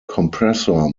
compressor